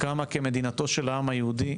קמה כמדינתו של העם היהודי,